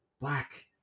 Black